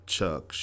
Chuck